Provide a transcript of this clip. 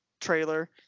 trailer